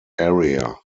area